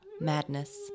madness